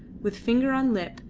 with finger on lip,